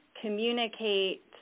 communicate